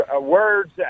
Words